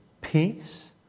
peace